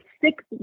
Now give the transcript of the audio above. six